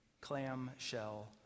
Clamshell